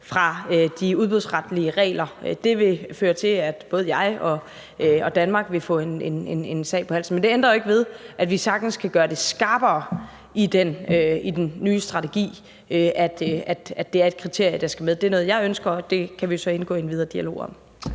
fra de udbudsretlige regler. Det vil føre til, at både jeg og Danmark vil få en sag på halsen. Men det ændrer jo ikke ved, at vi sagtens kan gøre det skarpere i den nye strategi, at det er et kriterie, der skal med. Det er noget, jeg ønsker, og det kan vi så lade indgå i den videre dialog.